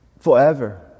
forever